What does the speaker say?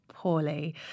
poorly